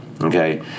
Okay